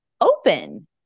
open